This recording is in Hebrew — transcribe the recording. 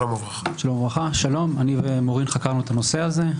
שלום וברכה, אני ומורין חקרנו את הנושא הזה.